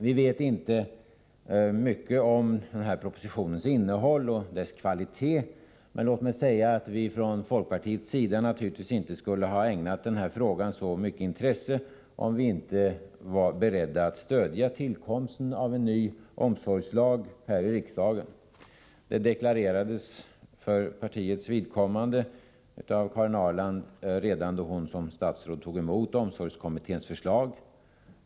Vi vet inte mycket om propositionens innehåll och kvalitet, men låt mig säga att vi från folkpartiets sida naturligtvis inte skulle ha ägnat den här frågan så mycket intresse om vi inte vore beredda att här i riksdagen stödja tillkomsten av en ny omsorgslag. Det deklarerades för partiets vidkommande av Karin Ahrland redan då hon som statsråd tog emot omsorgskommitténs förslag.